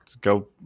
go